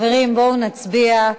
בואו נצביע.